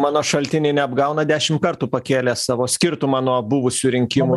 mano šaltiniai neapgauna dešim kartų pakėlė savo skirtumą nuo buvusių rinkimų